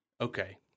okay